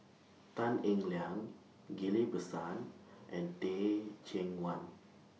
Tan Eng Liang Ghillie BaSan and Teh Cheang Wan